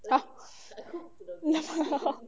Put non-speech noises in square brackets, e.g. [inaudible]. !huh! [laughs]